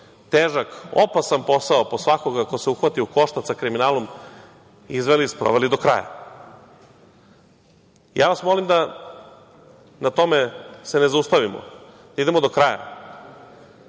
težak opasan posao po svakoga ko se uhvati u koštac sa kriminalom izveli i sproveli do kraja. Ja vas molim da se na tome ne zaustavimo, da idemo do kraja,